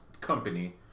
company